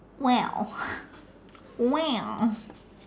well well